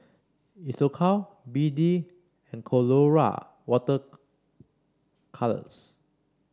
Isocal B D and Colora Water Colours